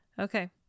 Okay